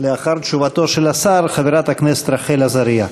לאחר תשובתו של השר, חברת הכנסת רחל עזריה.